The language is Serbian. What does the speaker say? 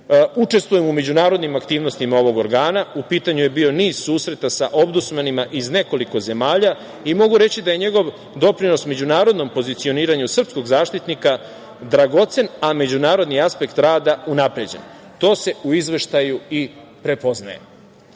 učestvujem u međunarodnim aktivnostima ovog organa, u pitanju je bio niz susreta sa ombudsmanima iz nekoliko zemalja i mogu reći da je njegov doprinos međunarodnom pozicioniranju srpskog zaštitnika dragocen, a međunarodni aspekt rada unapređen. To se u Izveštaju i prepoznaje. Primena